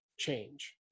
change